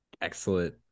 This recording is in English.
Excellent